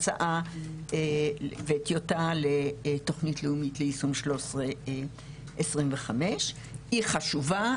הצעה וטיוטה לתוכנית לאומית ליישום 1325. היא חשובה,